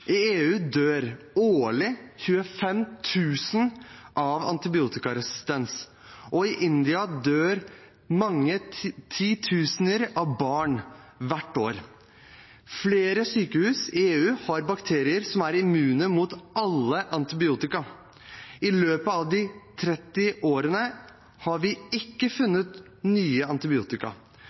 I EU dør årlig 25 000 av antibiotikaresistens, og i India dør mange titusener av barn hvert år. Flere sykehus i EU har bakterier som er immune mot alle antibiotika. I løpet av de siste 30 årene har vi ikke funnet nye